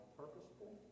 purposeful